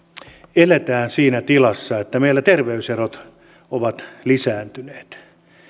eletään siinä tilassa että meillä terveyserot ovat lisääntyneet